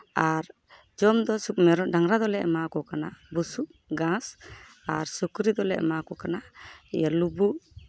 ᱟᱨ ᱡᱚᱢ ᱫᱚ ᱰᱟᱝᱨᱟ ᱫᱚᱞᱮ ᱮᱢᱟ ᱠᱚ ᱠᱟᱱᱟ ᱵᱩᱥᱩᱵ ᱜᱷᱟᱸᱥ ᱟᱨ ᱥᱩᱠᱨᱤ ᱫᱚᱞᱮ ᱮᱢᱟ ᱠᱚ ᱠᱟᱱᱟ ᱤᱭᱟᱹ ᱞᱩᱵᱩᱜ